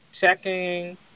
checking